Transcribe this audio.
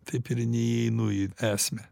taip ir neįeinu į esmę